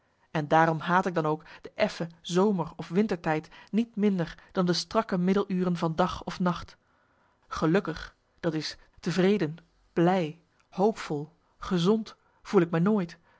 en daarom haat ik dan ook de effen zomerof wintertijd niet minder dan de strakke middeluren van dag of nacht gelukkig d i tevreden blij hoopvol gezond voel ik mij nooit